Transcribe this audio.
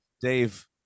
Dave